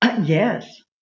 Yes